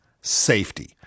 safety